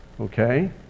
Okay